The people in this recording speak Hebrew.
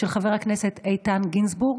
של חבר הכנסת איתן גינזבורג,